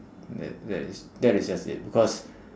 that that is that is just it because